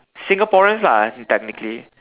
Singaporeans are technically